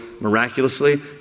miraculously